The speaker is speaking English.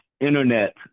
internet